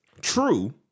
True